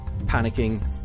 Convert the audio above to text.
panicking